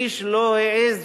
איש לא העז